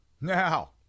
Now